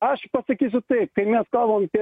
aš pasakysiu taip kai mes kalbam apie